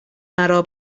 مرا